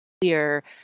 clear